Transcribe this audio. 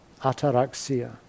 ataraxia